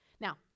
Now